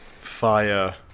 Fire